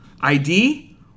ID